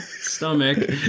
stomach